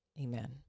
Amen